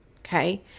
okay